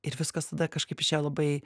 ir viskas tada kažkaip išėjo labai